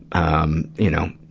um, you know,